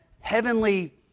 heavenly